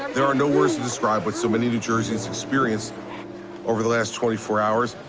there are no words to describe what so many new jerseyans experienced over the last twenty four hours.